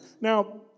Now